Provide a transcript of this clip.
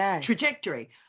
trajectory